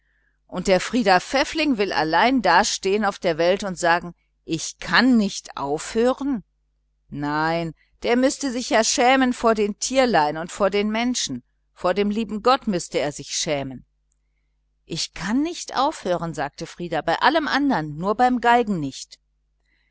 und der frieder pfäffling will allein dastehen auf der welt und sagen ich kann nicht aufhören nein der müßte sich ja schämen vor den tierlein vor den menschen vor dem lieben gott müßte er sich schämen ich kann auch aufhören sagte frieder bei allem andern nur beim geigen nicht